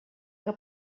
que